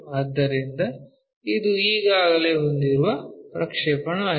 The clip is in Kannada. ಆದ್ದರಿಂದ ಇದು ಈಗಾಗಲೇ ಹೊಂದಿರುವ ಪ್ರಕ್ಷೇಪಣವಾಗಿದೆ